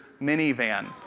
minivan